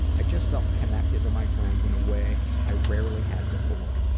i just felt connected to my friends in a way i rarely had before.